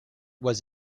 was